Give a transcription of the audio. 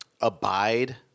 abide